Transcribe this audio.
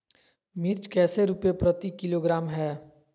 मिर्च कैसे रुपए प्रति किलोग्राम है?